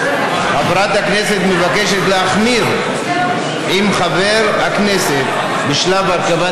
חברת הכנסת מבקשת להחמיר עם חבר הכנסת בשלב הרכבת